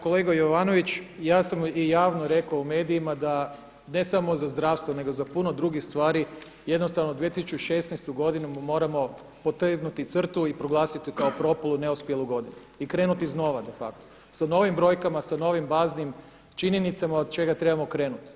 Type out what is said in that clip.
Kolega Jovanović, ja sam i javno rekao u medijima da ne samo za zdravstvo nego za puno drugih stvari jednostavno 2016. godinu moramo potegnuti crtu i proglasiti ju kao propalu ne uspjelu godinu i krenuti iznova de facto sa novim brojkama, sa novim baznim činjenicama od čega trebamo krenuti.